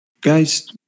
guys